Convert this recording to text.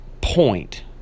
point